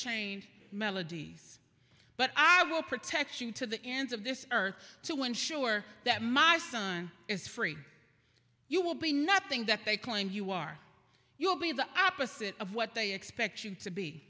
unchained melody but i will protection to the ends of this earth to ensure that my son is free you will be nothing that they claim you are you will be the opposite of what they expect you to be